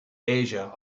asia